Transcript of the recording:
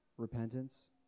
repentance